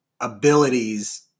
abilities